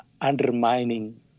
undermining